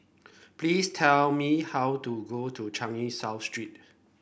please tell me how to go to Changi South Street